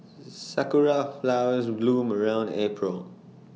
Sakura Flowers bloom around April